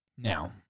Now